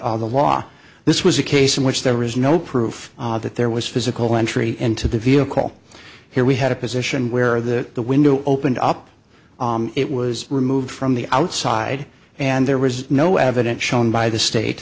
expand the law this was a case in which there is no proof that there was physical entry into the vehicle here we had a position where the the window opened up it was removed from the outside and there was no evidence shown by the state